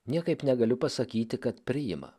niekaip negaliu pasakyti kad priima